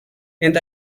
and